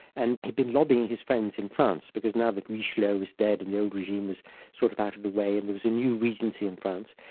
and he'd been lobbying his friends in france, because now that richelieu was dead and the old regime was sort of out of the way, and there was a new regency in france,